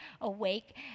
awake